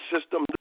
system